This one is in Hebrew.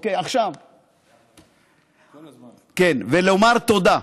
עכשיו למרות זאת ולומר תודה.